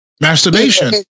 Masturbation